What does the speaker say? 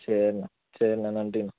சரிண்ணா சரிண்ணா நன்றிண்ணா